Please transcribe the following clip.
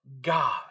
God